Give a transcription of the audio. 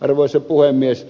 arvoisa puhemies